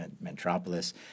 metropolis